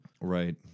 Right